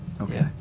Okay